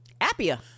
Appia